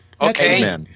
okay